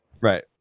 Right